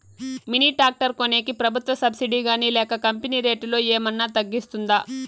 Mini tractor కొనేకి ప్రభుత్వ subsidy గాని లేక కంపెని రేటులో ఏమన్నా తగ్గిస్తుందా?